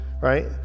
right